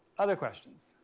other questions?